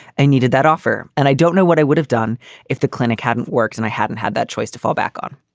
i needed that offer and i don't know what i would have done if the clinic hadn't worked and i hadn't had that choice to fall back on.